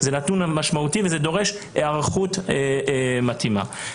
זה נתון משמעותי שדורש היערכות מתאימה.